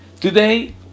Today